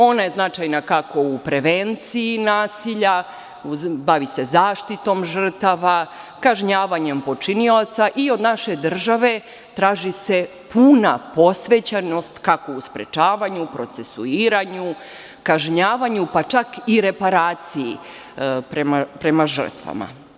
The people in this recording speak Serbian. Ona je značajna kako u prevenciji nasilja, bavi se zaštitom žrtava, kažnjavanjem počinioca i od naše države traži se puna posvećenost kako u sprečavanju, procesuiranju, kažnjavanju pa čak i reparaciji prema žrtvama.